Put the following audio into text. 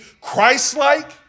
Christ-like